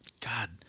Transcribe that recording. God